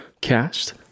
Cast